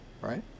right